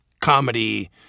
comedy